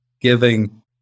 giving